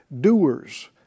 doers